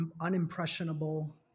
unimpressionable